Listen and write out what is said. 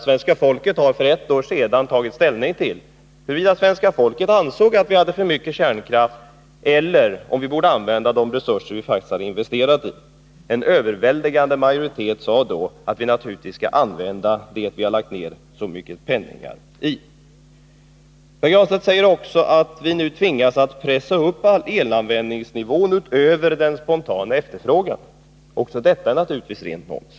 Svenska folket har ju för ett år sedan tagit ställning till huruvida man ansåg att vi hade för mycket kärnkraft eller om vi borde använda de resurser som vi faktiskt hade investerat i. En överväldigande majoritet sade då att vi naturligtvis skall använda det vi satsat så mycket pengar på. Pär Granstedt säger också att vi nu tvingas att pressa upp elanvändningsnivån utöver den spontana efterfrågan. Också detta är naturligtvis rent nonsens.